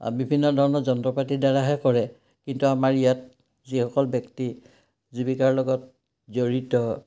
বিভিন্ন ধৰণৰ যন্ত্ৰপাতিৰদ্বাৰাহে কৰে কিন্তু আমাৰ ইয়াত যিসকল ব্যক্তি জীৱিকাৰ লগত জড়িত